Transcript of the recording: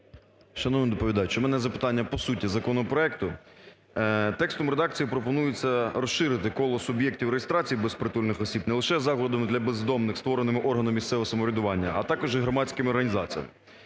Шановний доповідач, у мене запитання по суті законопроекту. Текстом редакції пропонується розширити коло суб'єктів реєстрації безпритульних осіб, не лише за ……. для бездомних створеними органами місцевого самоврядування, а також і громадськими організаціями.